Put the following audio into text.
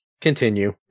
Continue